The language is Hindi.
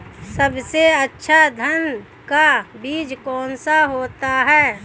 सबसे अच्छा धान का बीज कौन सा होता है?